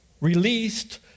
released